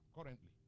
currently